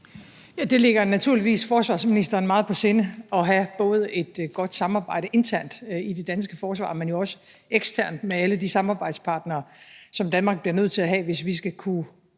Det ligger naturligvis forsvarsministeren meget på sinde at have både et godt samarbejde internt i det danske forsvar, men også eksternt med alle de samarbejdspartnere, som Danmark bliver nødt til at have, hvis vi skal kunne